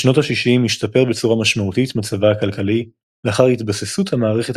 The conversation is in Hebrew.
בשנות ה-60 השתפר בצורה משמעותית מצבה הכלכלי לאחר התבססות המערכת